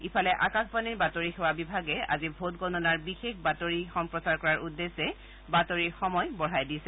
ইফালে আকাশবাণীৰ বাতৰি সেৱা বিভাগে আজি ভোটগণনাৰ বিশেষ বাতৰি প্ৰচাৰ কৰাৰ উদ্দেশ্যে বাতৰিৰ সময় বঢ়াই দিছে